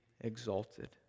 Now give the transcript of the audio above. exalted